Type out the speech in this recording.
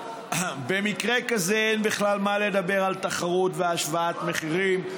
במקרה כזה אין בכלל מה לדבר על תחרות והשוואת מחירים.